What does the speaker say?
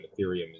Ethereum